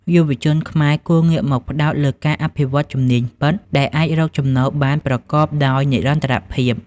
យុវជនខ្មែរគួរងាកមកផ្តោតលើការអភិវឌ្ឍ "ជំនាញពិត" ដែលអាចរកចំណូលបានប្រកបដោយនិរន្តរភាព។